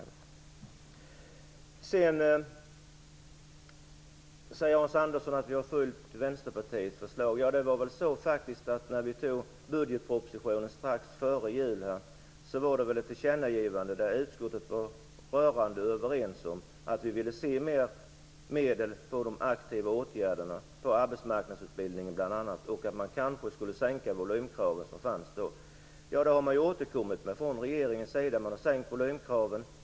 Hans Andersson säger att vi har följt Vänsterpartiets förslag. När vi antog budgetpropositionen strax före jul, var det ett tillkännagivande där utskottet var rörande överens om att se mer medel för de aktiva åtgärderna, bl.a. arbetsmarknadsutbildning och att kanske sänka volymkraven. Nu har regeringen återkommit. Volymkraven har sänkts.